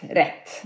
rätt